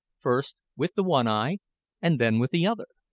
first with the one eye and then with the other.